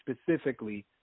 specifically